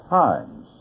times